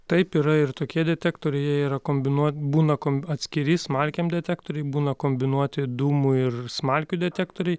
taip yra ir tokie detektoriai jie yra kombinuo būna komb atskiri smalkėm detektoriai būna kombinuoti dūmų ir smalkių detektoriai